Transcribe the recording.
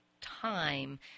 time